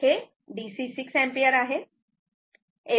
तर हे DC six ampere आहे